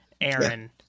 Aaron